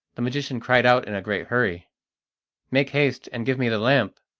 the magician cried out in a great hurry make haste and give me the lamp.